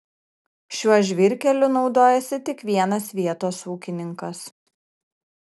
šiuo žvyrkeliu naudojasi tik vienas vietos ūkininkas